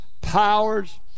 powers